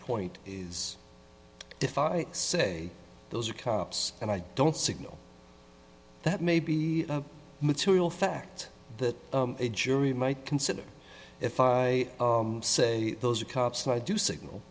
point is if i say those are cops and i don't signal that may be a material fact that a jury might consider if i say those are cops i do signal